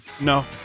No